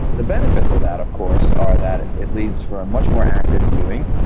the benefits of that, of course, are that it leads for a much more active viewing.